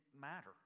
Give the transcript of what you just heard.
matter